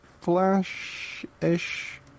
Flash-ish